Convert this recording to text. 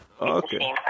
okay